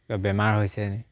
কিবা বেমাৰ হৈছে নি